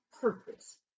purpose